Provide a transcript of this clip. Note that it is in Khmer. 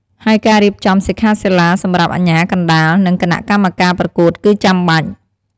ហើយការរៀបចំសិក្ខាសាលាសម្រាប់អាជ្ញាកណ្ដាល និងគណៈកម្មការប្រកួតគឺចាំបាច់។